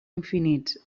infinits